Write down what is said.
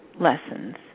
lessons